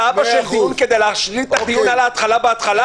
הבאת אבא של ילדה כדי --- את הדיון על התחלה בהתחלה?